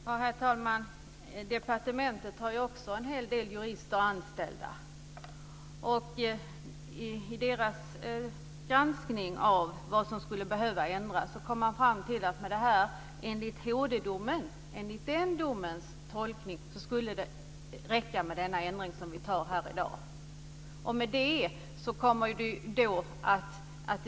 Herr talman! Departementet har ju också en hel del jurister anställda. I deras granskning av vad som skulle behöva ändras kom man fram till att det enligt HD-domens tolkning skulle räcka med den ändring som vi beslutar om här i dag.